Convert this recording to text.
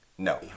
No